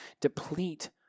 deplete